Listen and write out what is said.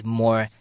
more